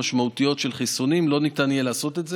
המשמעותיות של חיסונים לא ניתן יהיה לעשות את זה.